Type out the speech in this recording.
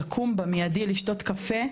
לקום במיידי לשתות עוד קפה,